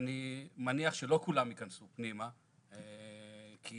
אני מניח שלא כולם ייכנסו פנימה, כי